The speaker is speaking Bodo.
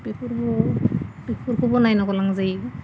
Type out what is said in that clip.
बेफोरखौबो नायनो गोनां जायो